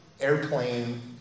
airplane